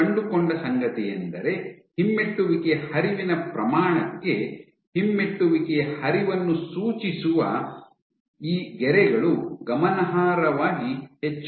ಅವರು ಕಂಡುಕೊಂಡ ಸಂಗತಿಯೆಂದರೆ ಹಿಮ್ಮೆಟ್ಟುವಿಕೆಯ ಹರಿವಿನ ಪ್ರಮಾಣಕ್ಕೆ ಹಿಮ್ಮೆಟ್ಟುವಿಕೆಯ ಹರಿವನ್ನು ಸೂಚಿಸುವ ಈ ಗೆರೆಗಳು ಗಮನಾರ್ಹವಾಗಿ ಹೆಚ್ಚಾಗುತ್ತವೆ